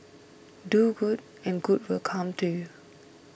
do good and good will come to you